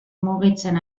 mugitzen